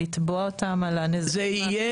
לתבוע אותם על הנזק --- זה יהיה,